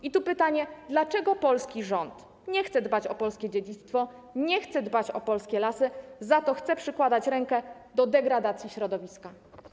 I tu pytanie: Dlaczego polski rząd nie chce dbać o polskie dziedzictwo, nie chce dbać o polskie lasy, za to chce przykładać rękę do degradacji środowiska?